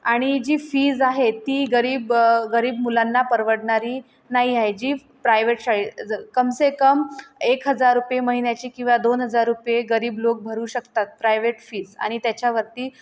आणि जी फीज आहे ती गरीब गरीब मुलांना परवडणारी नाही आहे जी प्रायव्हेट शा ज कमसे कम एक हजार रुपये महिन्याची किंवा दोन हजार रुपये गरीब लोक भरू शकतात प्रायव्हेट फीज आणि त्याच्यावरती